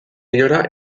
inora